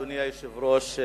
אדוני היושב-ראש,